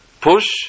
push